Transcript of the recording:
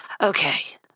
okay